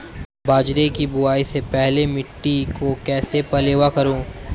बाजरे की बुआई से पहले मिट्टी को कैसे पलेवा करूं?